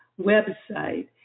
website